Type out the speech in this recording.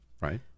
right